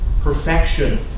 perfection